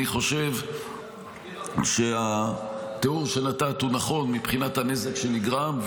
אני חושב שהתיאור שנתת הוא נכון מבחינת הנזק שנגרם,